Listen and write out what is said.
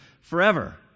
forever